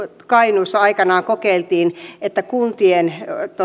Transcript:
kainuussa aikanaan kokeiltiin että kuntien